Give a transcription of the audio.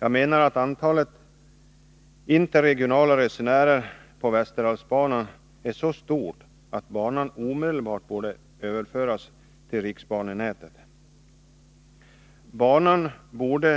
Jag anser att antalet interregionala resenärer på västerdalsbanan är så stort, att banan omedelbart borde överföras till riksbanenätet. Den bör